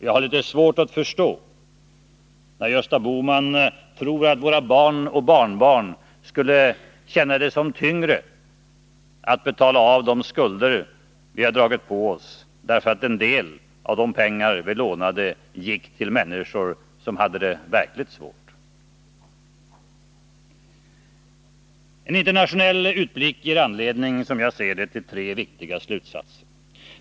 Jag har litet svårt att förstå Gösta Bohman, som tror att våra barn och barnbarn skulle känna det tyngre att betala av de skulder som vi har dragit på oss, därför att en del av de pengar vi lånade gick till människor som hade det verkligt svårt. En internationell utblick ger, som jag ser det, anledning till tre viktiga slutsatser.